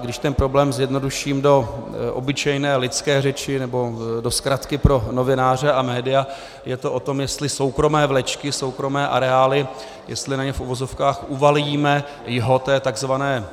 Když ten problém zjednoduším do obyčejné lidské řeči nebo do zkratky pro novináře a média, je to o tom, jestli soukromé vlečky, soukromé areály, jestli na ně v uvozovkách uvalíme jho té takzvané